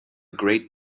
great